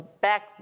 Back